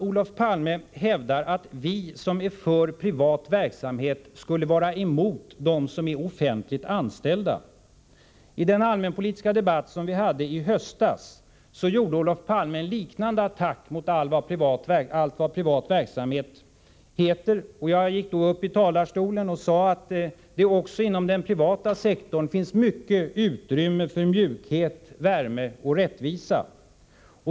Olof Palme hävdar att vi som är för privat verksamhet skulle vara emot dem som är offentligt anställda. I den allmänpolitiska debatt vi hade i höstas gjorde Olof Palme en liknande attack mot allt vad privat verksamhet heter, och jag gick då upp i talarstolen och sade att det också inom den privata sektorn finns stort utrymme för mjukhet, värme och rättvisa.